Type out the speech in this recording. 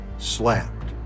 Slapped